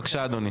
בבקשה אדוני.